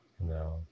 No